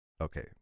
Okay